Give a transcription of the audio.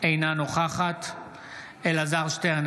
אינה נוכחת אלעזר שטרן,